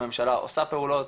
הממשלה עושה פעולות,